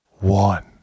one